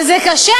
אבל זה קשה.